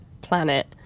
planet